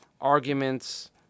arguments